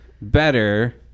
better